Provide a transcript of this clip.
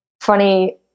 funny